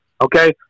okay